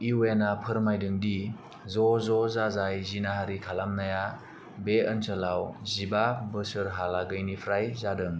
U एन आ फोरमायदों दि ज' ज' जाजाय जिनाहारि खालामनाया बे ओनसोलाव जिबा बोसोरहालागैनिफ्राय जादों